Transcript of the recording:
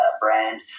brand